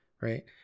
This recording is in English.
right